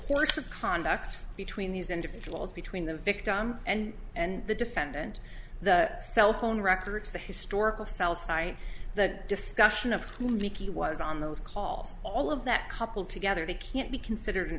course of conduct between these individuals between the victim and and the defendant the cell phone records the historical cell site the discussion of who mickey was on those calls all of that coupled together they can't be considered